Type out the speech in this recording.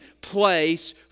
place